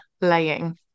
laying